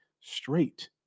straight